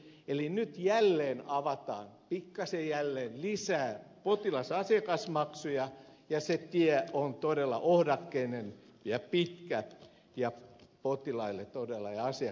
eli nyt jälleen avataan pikkasen lisää potilasasiakasmaksuja ja se tie on todella ohdakkeinen ja pitkä ja potilaille ja asiakkaille todella hankala